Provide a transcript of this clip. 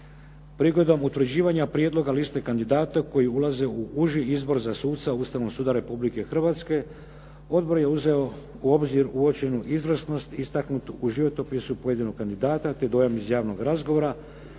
Prigodom utvrđivanja prijedloga liste kandidata koji ulaze u uži izbor za suca Ustavnog suda Republike Hrvatske, odbor je uzeo u obzir uočenu izvrsnost istaknutu u životopisu pojedinog kandidata te dojam iz javnog razgovora.